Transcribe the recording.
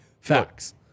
facts